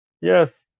Yes